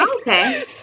Okay